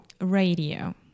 Radio